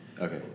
Okay